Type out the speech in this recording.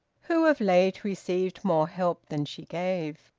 who of late received more help than she gave.